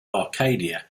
arcadia